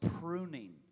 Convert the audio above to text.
pruning